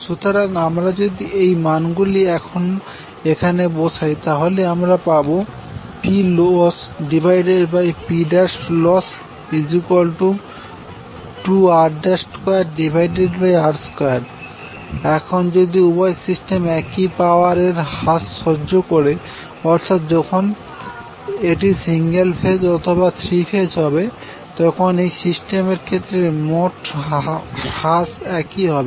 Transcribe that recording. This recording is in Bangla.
সুতরাং আমরা যদি এই মান গুলি এখানে বসাই তাহলে আমরা পাবো PlossPloss2r2r2 এখন যদি উভয় সিস্টেম একই পাওয়ারের হ্রাস সহ্য করে অর্থাৎ যখন এটি সিঙ্গেল ফেজ অথবা থ্রি ফেজ হবে তখন এই সিস্টেমের ক্ষেত্রে মোট হ্রাস একই হবে